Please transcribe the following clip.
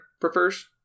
prefers